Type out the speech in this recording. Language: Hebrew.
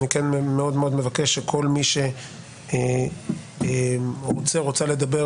אני מאוד מאוד מבקש שכל מי שרוצה לדבר,